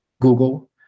Google